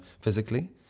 physically